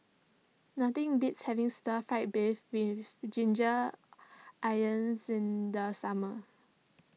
nothing beats having Stir Fried Beef with Ginger in the summer